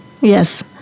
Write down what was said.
Yes